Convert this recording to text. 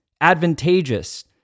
advantageous